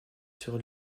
sur